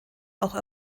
auch